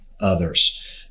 others